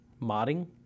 modding